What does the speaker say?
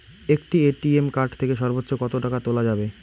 একটি ATM card থেকে সর্বোচ্চ কত টাকা তোলা যাবে?